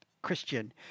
Christian